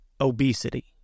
obesity